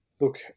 Look